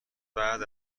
بعد